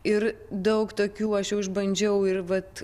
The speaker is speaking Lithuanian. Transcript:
ir daug tokių aš jau išbandžiau ir vat